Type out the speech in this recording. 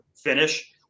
finish